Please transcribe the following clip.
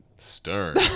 stern